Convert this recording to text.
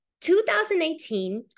2018